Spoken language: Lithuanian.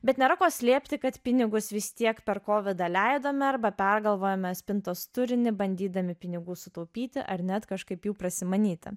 bet nėra ko slėpti kad pinigus vis tiek per kovidą leidome arba pergalvojome spintos turinį bandydami pinigų sutaupyti ar net kažkaip jų prasimanyti